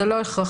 זה לא הכרחי.